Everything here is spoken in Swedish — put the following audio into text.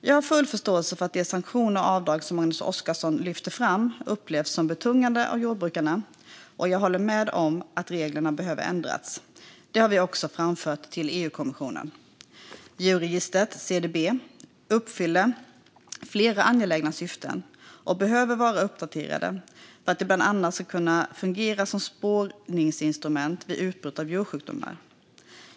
Jag har full förståelse för att de sanktioner och avdrag som Magnus Oscarsson lyfter fram upplevs som betungande av jordbrukarna, och jag håller med om att reglerna behöver ändras. Det har vi också framfört till EU-kommissionen. Djurregistret, CDB, uppfyller flera angelägna syften och behöver vara uppdaterat för att det bland annat ska kunna fungera som spårningsinstrument vid utbrott av djursjukdomar.